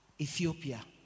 Ethiopia